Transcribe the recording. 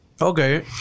Okay